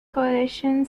coalition